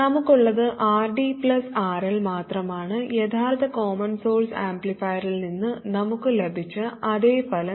നമുക്കുള്ളത് RD RL മാത്രമാണ് യഥാർത്ഥ കോമൺ സോഴ്സ് ആംപ്ലിഫയറിൽ നിന്ന് നമുക്ക് ലഭിച്ച അതേ ഫലം